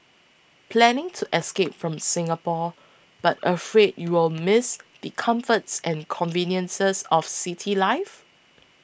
planning to escape from Singapore but afraid you'll miss the comforts and conveniences of city life